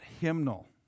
hymnal